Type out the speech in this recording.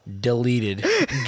deleted